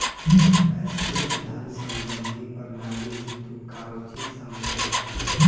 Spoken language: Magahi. वैश्विक धन सम्बंधी प्रणाली से तू काउची समझा हुँ?